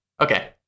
Okay